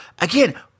again